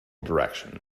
direction